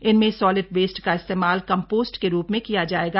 इनमें solid waste का इस्तेमाल कम्पोस्ट के रूप में किया जायेगा